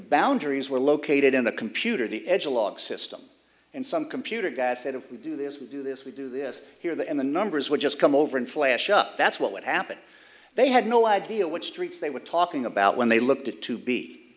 boundaries were located in the computer the edge a log system and some computer guy said if you do this we do this we do this here that in the numbers would just come over and flash up that's what would happen they had no idea what streets they were talking about when they looked to to be